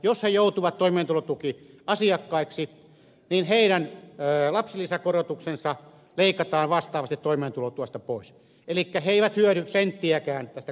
jos he joutuvat toimeentulotukiasiakkaiksi niin heidän lapsilisäkorotuksensa leikataan vastaavasti toimeentulotuesta pois elikkä he eivät hyödy senttiäkään tästä korotuksesta